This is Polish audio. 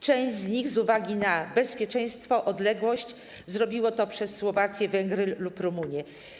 Część z nich, z uwagi na bezpieczeństwo, odległość, zrobiła to przez Słowację, Węgry lub Rumunię.